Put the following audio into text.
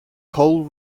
cole